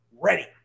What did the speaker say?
Ready